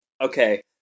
okay